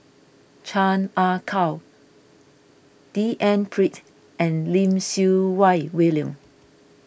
Chan Ah Kow D N Pritt and Lim Siew Wai William